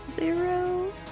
zero